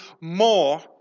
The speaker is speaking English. more